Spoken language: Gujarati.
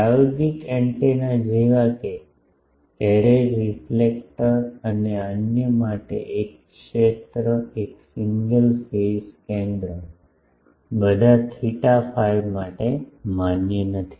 પ્રાયોગિક એન્ટેના જેવા કે એરે રિફ્લેક્ટર અને અન્ય માટે એક ક્ષેત્ર એક સિંગલ ફેઝ કેન્દ્ર બધા થિટા ફાઈ માટે માન્ય નથી